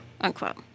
unquote